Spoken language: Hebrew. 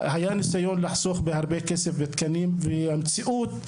ניסיון לחסוך בהרבה כסף ותקנים, ובמציאות,